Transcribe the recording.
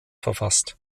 verfasst